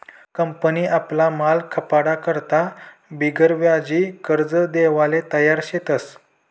company आपला माल खपाडा करता बिगरव्याजी कर्ज देवाले तयार शेतस